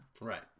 Right